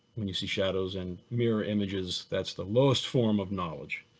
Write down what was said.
when you see shadows and mirror images, that's the lowest form of knowledge.